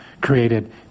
created